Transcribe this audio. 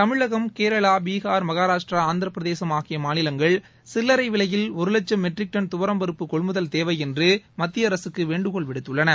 தமிழகம் கேரளா பிகார் மகாராஷ்ட்ரா ஆந்திர பிரதேசம் ஆகிய மாநிலங்கள் சில்லரை விலையில ஒரு லட்சும் மெட்ரிக் டன் துவரம் பருப்பு கொள்முதல் தேவை என்று மத்திய அரசுக்கு வேண்டுகோள் விடுத்துள்ளன